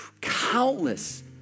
countless